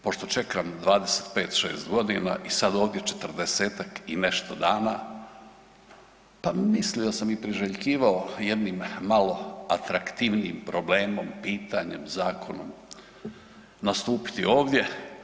Pošto čekam 25-'6.g. i sad ovdje 40-tak i nešto dana, pa mislio sam i priželjkivao jednim malo atraktivnijim problemom, pitanjem, zakonom, nastupiti ovdje.